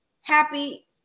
happy